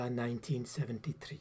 1973